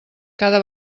cada